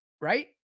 right